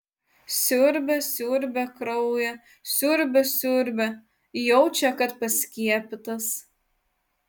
siurbia siurbia kraują siurbia siurbia jaučia kad paskiepytas